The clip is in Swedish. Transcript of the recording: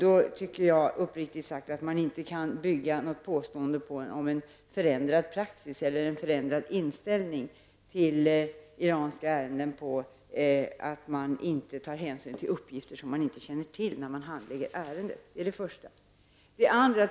Då tycker jag inte att man kan tala om en förändrad praxis eller en förändrad inställning till iranska ärenden. Man kände alltså inte till vissa uppgifter när ärendet handlades.